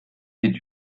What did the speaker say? est